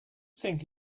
think